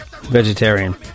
vegetarian